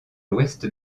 l’ouest